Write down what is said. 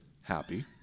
happy